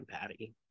patty